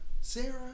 Sarah